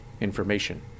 information